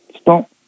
stop